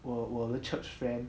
我我的 the church friend